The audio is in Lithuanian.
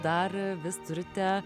dar vis turite